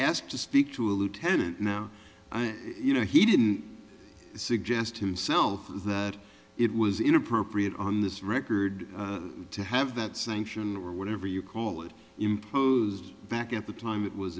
asked to speak to a lieutenant now and you know he didn't suggest himself that it was inappropriate on this record to have that sanction or whatever you call it imposed back at the time it was